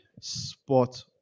spot